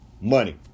Money